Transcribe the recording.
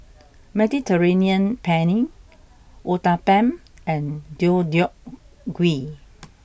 Mediterranean Penne Uthapam and Deodeok Gui